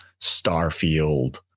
starfield